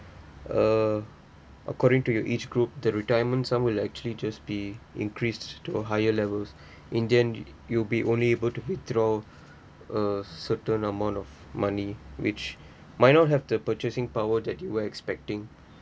uh according to your age group the retirement sum will actually just be increased to a higher levels in the end you'll be only able to withdraw a certain amount of money which might not have the purchasing power that you were expecting